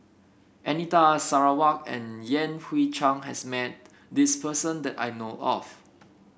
Anita Sarawak and Yan Hui Chang has met this person that I know of